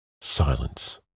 Silence